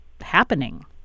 happening